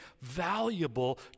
valuable